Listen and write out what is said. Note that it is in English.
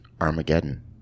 Armageddon